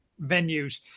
venues